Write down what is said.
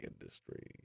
industry